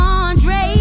Andre